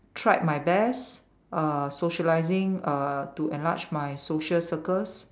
tried my best uh socialising uh to enlarge my social circles